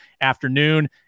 afternoon